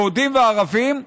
יהודים וערבים.